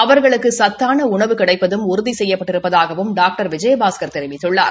அவர்களக்கு சத்தான உணவு கிடைப்பதும் உறுதி செய்யப்பட்டிருப்பதாகவும் டாக்டர் விஜயபாஸ்கர் தெரிவித்துள்ளார்